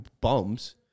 bums